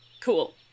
Cool